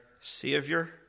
Savior